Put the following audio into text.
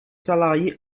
salariés